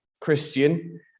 Christian